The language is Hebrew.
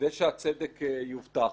כדי שהצדק יובטח.